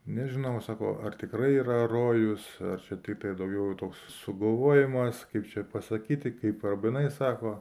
nežinau sako ar tikrai yra rojus ar čia tiktai daugiau toks sugalvojimas kaip čia pasakyti kaip rabinai sako